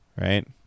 right